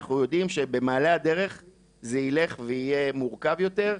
אנחנו יודעים שבמעלה הדרך זה ילך ויהיה מורכב יותר,